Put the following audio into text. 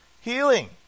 healing